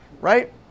right